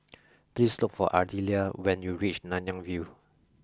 please look for Ardelia when you reach Nanyang View